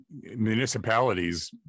municipalities